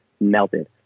melted